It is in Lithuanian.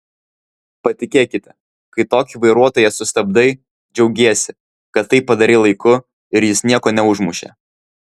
patikėkite kai tokį vairuotoją sustabdai džiaugiesi kad tai padarei laiku ir jis nieko neužmušė